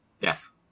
Yes